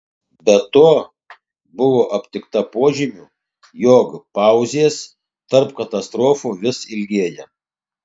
be to buvo aptikta požymių jog pauzės tarp katastrofų vis ilgėja